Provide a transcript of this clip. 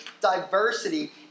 diversity